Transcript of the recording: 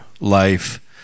life